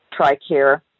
TRICARE